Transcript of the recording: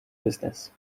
business